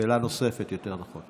שאלה נוספת, יותר נכון.